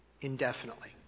indefinitely